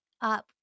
up